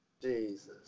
Jesus